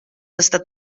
estat